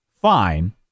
fine